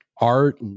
art